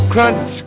Crunch